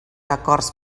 acords